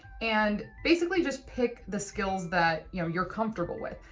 and basically just pick the skills that you're comfortable with.